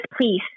please